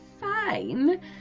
fine